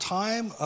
time